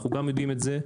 אנחנו גם יודעים את זה.